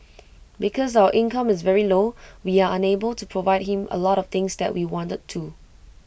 because our income is very low we are unable to provide him A lot of things that we wanted to